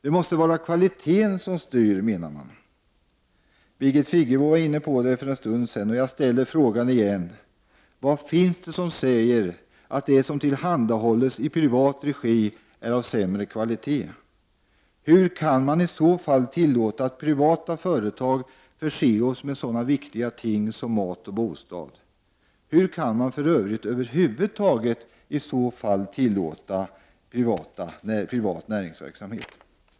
Det måste vara kvaliteten som styr, menar man. Birgit Friggebo var inne på denna fråga för en stund sedan. Jag ställer frågan igen. Vad finns det som säger att det som tillhandahålls i privat regi är av sämre kvalitet? Hur kan man i så fall tillåta att privata företag förser oss med sådana viktiga ting som mat och bostad? Hur kan man över huvud taget tillåta privat näringsverksamhet i sådana fall?